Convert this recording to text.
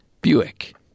Buick